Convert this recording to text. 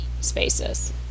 spaces